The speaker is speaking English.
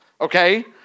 Okay